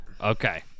Okay